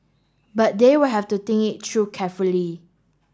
but they will have to think it true carefully